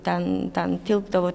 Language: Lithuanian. ten ten tilpdavo